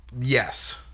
Yes